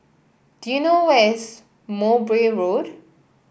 do you know where is Mowbray Road